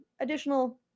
additional